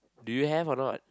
do you have or not